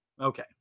okay